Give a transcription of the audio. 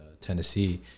tennessee